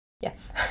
Yes